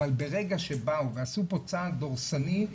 אבל ברגע שבאו ועשו פה צעד דורסני,